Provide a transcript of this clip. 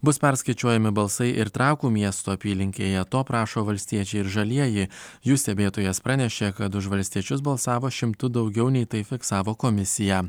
bus perskaičiuojami balsai ir trakų miesto apylinkėje to prašo valstiečiai žalieji jų stebėtojas pranešė kad už valstiečius balsavo šimtu daugiau nei tai fiksavo komisija